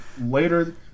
later